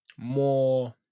more